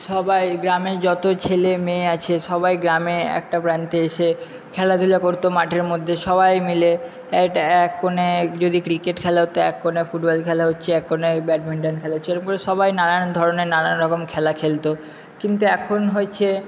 সবাই গ্রামে যতো ছেলে মেয়ে আছে সবাই গ্রামে একটা প্রান্তে এসে খেলাধুলা করতো মাঠের মধ্যে সবাই মিলে একটা এক কোণে যদি ক্রিকেট খেলা হতো এক কোণায় ফুটবল খেলা হচ্ছে এক কোণায় ব্যাডমিন্টন খেলা হচ্ছে এরকম করে সবাই নানান ধরণের নানান রকম খেলা খেলতো কিন্তু এখন হয়েছে